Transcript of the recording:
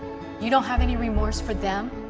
you don't have any remorse for them?